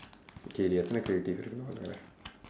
okay there are so many creative I don't know how